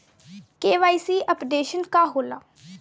KYC updation का होला?